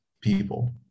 people